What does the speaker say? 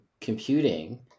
computing